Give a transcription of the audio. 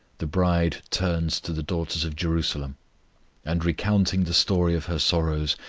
the bride turns to the daughters of jerusalem and recounting the story of her sorrows,